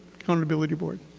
accountability board.